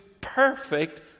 perfect